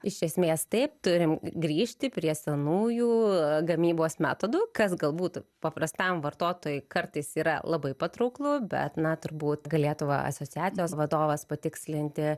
iš esmės taip turim grįžti prie senųjų gamybos metodų kas galbūt paprastam vartotojui kartais yra labai patrauklu bet na turbūt galėtų va asociacijos vadovas patikslinti